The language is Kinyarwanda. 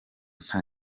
nta